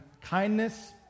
kindness